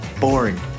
Boring